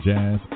Jazz